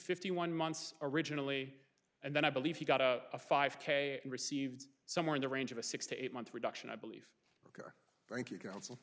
fifty one months originally and then i believe he got a five k and received somewhere in the range of a six to eight month reduction i believe or thank you counsel